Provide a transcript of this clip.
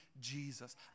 Jesus